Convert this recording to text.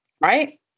right